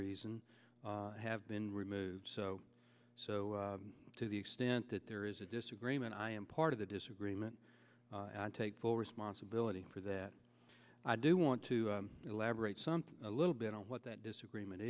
reason have been removed so to the extent that there is a disagreement i am part of the disagreement and take full responsibility for that i do want to elaborate something a little bit on what that disagreement